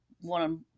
one